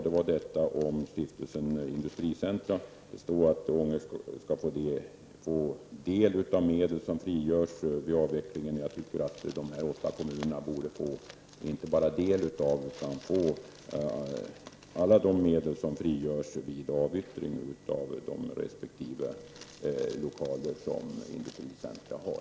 Det gäller då Stiftelsen Industricentra. Det står i svaret att Ånge kommer att få del av medel som frigörs vid avvecklingen. Jag tycker att de åtta kommuner som det här är fråga om borde kunna få alla medel — inte bara en del av dessa — som frigörs vid avyttringen av de lokaler som Industricentra har.